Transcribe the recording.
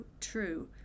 true